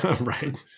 right